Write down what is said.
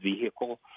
vehicle